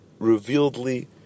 revealedly